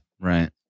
Right